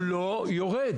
הוא לא יורד.